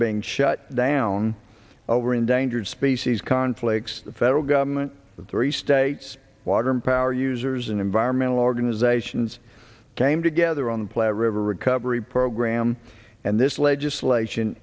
being shut down over endangered species conflicts the federal government the three states water and power users and environmental organizations came together on the platte river recovery program and this legislation